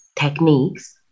techniques